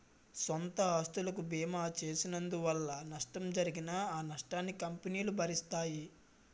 సొంత ఆస్తులకు బీమా చేసినందువలన నష్టం జరిగినా ఆ నష్టాన్ని కంపెనీలు భరిస్తాయి